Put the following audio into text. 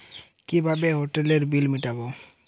কিভাবে হোটেলের বিল মিটাব?